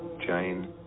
Jane